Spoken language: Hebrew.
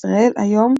ישראל היום,